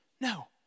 No